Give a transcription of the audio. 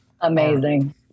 Amazing